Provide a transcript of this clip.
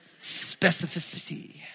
Specificity